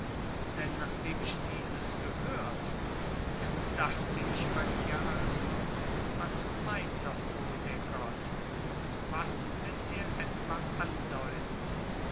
denn nachdem ich dieses gehört gedachte ich bei mir also was meint doch wohl der gott und was will er etwa andeuten